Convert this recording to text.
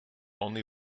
only